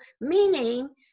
meaning